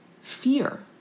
fear